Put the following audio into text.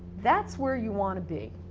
that's where you wanna be,